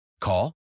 Call